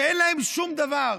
שאין להם שום דבר,